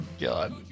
God